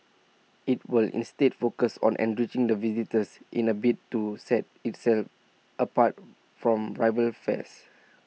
IT will instead focus on enriching the visitor's in A bid to set itself apart from rival fairs